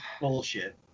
Bullshit